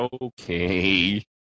okay